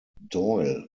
doyle